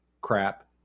crap